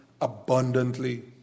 abundantly